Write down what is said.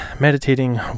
meditating